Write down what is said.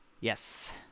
Yes